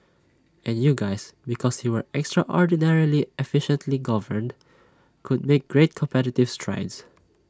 and you guys because you were extraordinarily efficiently governed could make great competitive strides